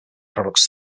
products